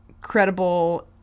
credible